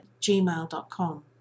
gmail.com